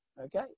okay